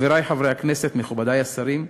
חברי חברי הכנסת, מכובדי השרים,